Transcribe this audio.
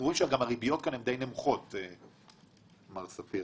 אנחנו רואים שהריביות כאן הן די נמוכות, מר ספיר.